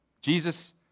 Jesus